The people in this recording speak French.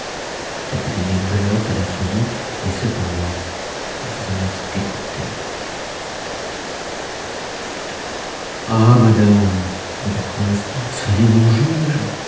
vous avez aimé belote à la folie et cependant vous vous en êtes dégoûté ah madame dit le prince soyez mon juge